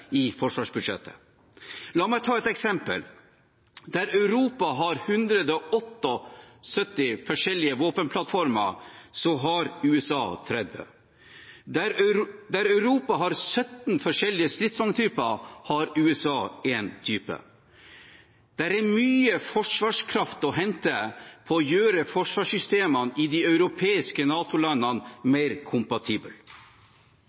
i forsvarsbudsjettet. La meg ta et eksempel: Der Europa har 178 forskjellige våpenplattformer, har USA 30. Der Europa har 17 forskjellige stridsvogntyper, har USA én type. Det er mye forsvarskraft å hente på å gjøre forsvarssystemene i de europeiske